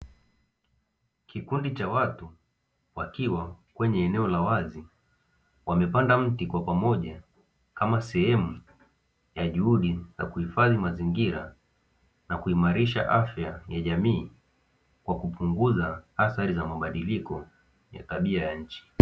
Kikundi cha watu wakiwa kwenye eneo la wazi wamepanda mti kwa pamoja, kama sehemu ya juhudi ya kuhifadhi mazingira na kuimarisha afya ya jamii, kwa kupunguza athari za mabadiliko ya tabia nchi.